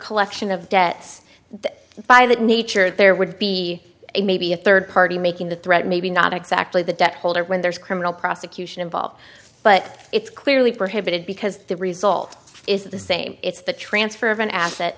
collection of debts by that nature there would be a maybe a third party making the threat maybe not exactly the debt holder when there's criminal prosecution involved but it's clearly prohibited because the result is the same it's the transfer of an asset